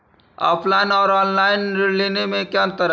Offline और online ऋण लेने में क्या अंतर है?